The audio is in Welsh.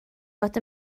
fod